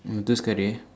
Muthu's curry